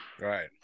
right